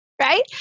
right